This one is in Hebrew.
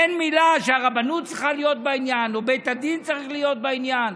על כך שהרבנות צריכה להיות בעניין או בית הדין צריך להיות בעניין.